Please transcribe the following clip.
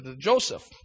Joseph